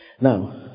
Now